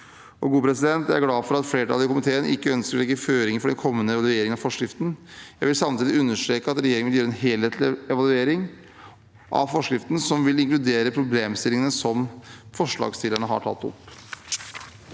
foreligger. Jeg er glad for at flertallet i komiteen ikke ønsker å legge føringer for den kommende evalueringen av for skriften. Jeg vil samtidig understreke at regjeringen vil gjøre en helhetlig evaluering av forskriften som vil inkludere problemstillingene forslagsstillerne har tatt opp.